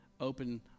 open